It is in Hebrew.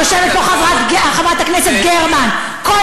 כל אחד מדבר ארבע דקות,